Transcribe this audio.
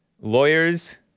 Lawyers